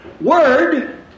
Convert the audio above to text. word